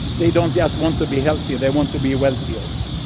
they don't just want to be healthy, they want to be wealthy also.